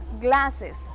glasses